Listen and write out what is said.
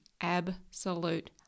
absolute